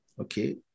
okay